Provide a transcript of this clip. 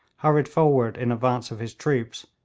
hurried forward in advance of his troops,